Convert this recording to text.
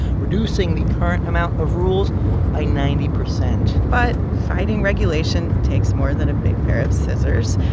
reducing the current amount of rules by ninety percent but fighting regulation takes more than a big pair of scissors.